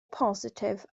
positif